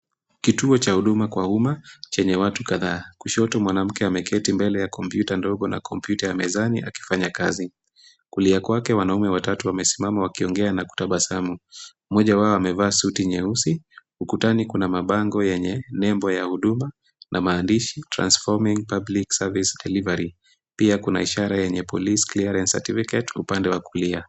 Kituo cha huduma kwa umma chenye watu kadhaa, kushoto mwanamke ameketi mbele ya kompyuta ndogo na kompyuta ya mezani akifanya kazi. Kulia kwake wanaume watatu wamesimama wakiongea na kutabasamu, mmoja wao amevaa suti nyeusi ukutani kuna mabango yenye nembo ya huduma na maandishi Transforming Public Service Delivery . Pia kuna ishara yenye Police Clearence Certificate upande wa kulia.